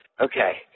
okay